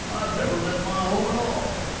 i've never left my home at all!